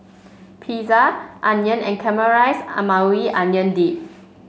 Pizza Udon and Caramelized Maui Onion Dip